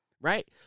Right